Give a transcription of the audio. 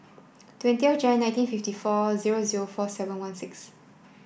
twenty Jan nineteen fifty four zero zero four seven one six